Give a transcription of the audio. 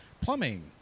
plumbing